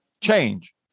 change